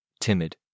timid